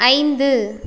ஐந்து